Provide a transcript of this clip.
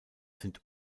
sind